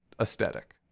aesthetic